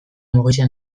mugitzen